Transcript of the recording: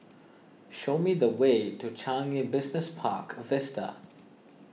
show me the way to Changi Business Park Vista